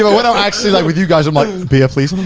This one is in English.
but when i'm actually like with you guys, i'm like, beer please.